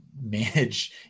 manage